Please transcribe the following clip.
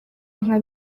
nka